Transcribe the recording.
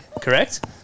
Correct